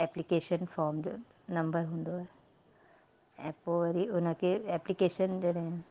application form जो number हूंदो आहे ऐं पोइ वरी उन खे एप्लीकेशन जॾहिं